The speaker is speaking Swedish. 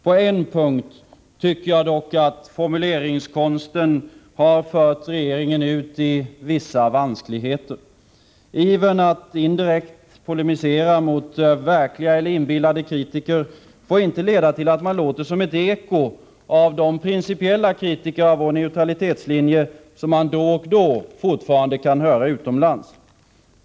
På en punkt tycker jag dock att formuleringskonsten har fört regeringen ut i vissa vanskligheter. Även att indirekt polemisera mot verkliga eller inbillade kritiker får inte leda till att man låter som ett eko av de principiella kritiker av vår neutralitetslinje som man då och då fortfarande kan höra utomlands.